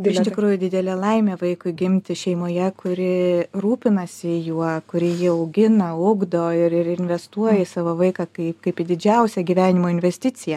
iš tikrųjų didelė laimė vaikui gimti šeimoje kuri rūpinasi juo kuri jį augina ugdo ir ir investuoja į savo vaiką kaip kaip į didžiausią gyvenimo investiciją